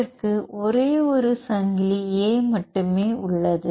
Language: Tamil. இதற்கு ஒரே ஒரு சங்கிலி a மட்டுமே உள்ளது